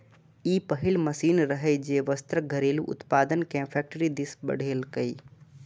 ई पहिल मशीन रहै, जे वस्त्रक घरेलू उत्पादन कें फैक्टरी दिस बढ़ेलकै